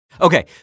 Okay